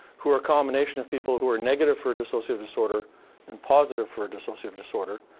who are a combination of people who are negative for a dissociative disorder and positive for a dissociative disorder,